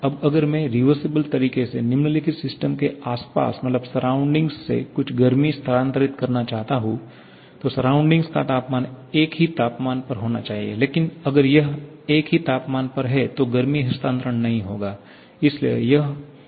अब अगर मैं रिवर्सिबल तरीके से निम्नलिखित सिस्टम के आसपास के सराउंडिंग से कुछ गर्मी स्थानांतरित करना चाहता हूं तो सराउंडिंग का तापमान एक ही तापमान पर होना चाहिए लेकिन अगर यह एक ही तापमान पर है तो गर्मी हस्तांतरण नहीं होगा